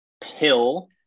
pill